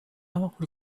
bajo